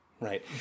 right